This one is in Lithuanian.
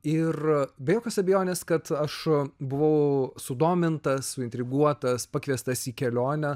ir be jokios abejonės kad aš buvau sudomintas suintriguotas pakviestas į kelionę